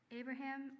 abraham